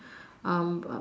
um